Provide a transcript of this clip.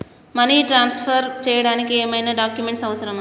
Money transfer చేయడానికి ఏమైనా documents అవసరమా?